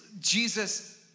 Jesus